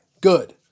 Good